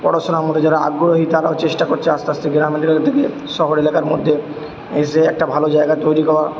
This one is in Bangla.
পড়াশোনার মধ্যে যারা আগ্রহী তারাও চেষ্টা করছে আস্তে আস্তে গ্রামের এলাকা থেকে শহর এলাকার মধ্যে এসে একটা ভালো জায়গা তৈরি করা